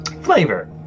Flavor